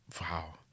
Wow